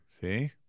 See